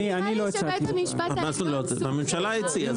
אני לא הצעתי, זה הממשלה הציעה.